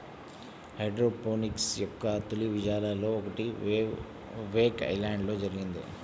hydroponics యొక్క తొలి విజయాలలో ఒకటి వేక్ ఐలాండ్లో జరిగింది